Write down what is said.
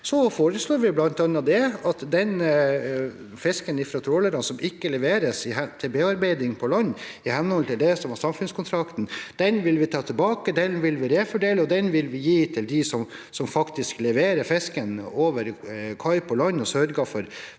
Vi foreslår bl.a. at den fisken fra trålere som ikke leveres til bearbeiding på land, i henhold til det som er samfunnskontrakten, vil vi ta tilbake, omfordele og gi til dem som faktisk leverer fisken over kai på land og sørger for